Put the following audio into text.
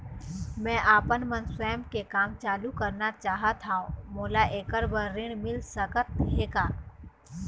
मैं आपमन स्वयं के काम चालू करना चाहत हाव, मोला ऐकर बर ऋण मिल सकत हे का?